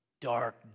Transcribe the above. dark